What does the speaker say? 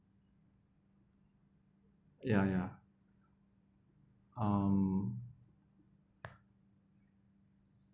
ya ya um